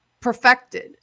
perfected